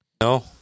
No